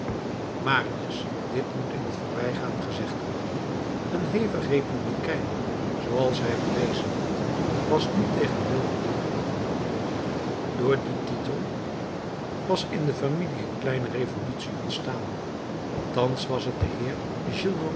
marius dit moet in t voorbijgaan gezegd worden een heftig republikein zooals hij bewezen had was nu tegen wil en dank baron door dien titel was in de familie een kleine revolutie ontstaan thans was het de heer